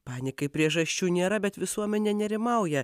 panikai priežasčių nėra bet visuomenė nerimauja